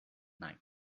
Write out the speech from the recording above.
night